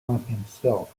himself